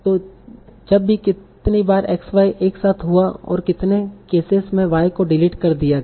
तो जब भी कितनी बार x y एक साथ हुआ और कितने केसेस में y को डिलीट कर दिया गया